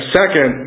second